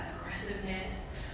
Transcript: aggressiveness